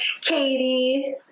katie